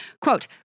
quote